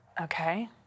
Okay